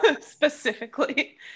specifically